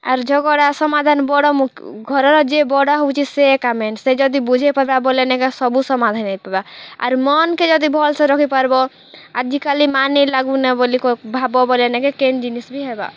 ଆରୁ ଝଗଡ଼ା ସମାଧାନ ବଡ଼ ମୁକ ଘରର ଯିଏ ବଡ଼ ହେଉଛି ସେ ଏକା ମେନ୍ ସେ ଜଦି ସେ ଜଦି ବୁଝେଇପାରବା ନେଇଁ ଏକ ସବୁ ସମାଧାନ ହେଇପାରବା ଆରୁ ମନକେ ଜଦି ଭଲସେ ରଖିପାରବ ଆଜିକାଲି ମାର ନେଇଁ ଲାଗନ୍ ବୋଲି କ ଭାବ ବୋଲି କେନ୍ ଜିନିଷ ବି ହେବା